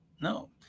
No